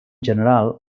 general